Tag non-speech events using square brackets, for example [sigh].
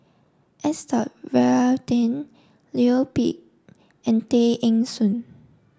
[unintelligible] Varathan Leo Yip and Tay Eng Soon